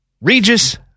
Regis